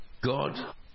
God